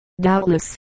doubtless